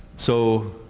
so,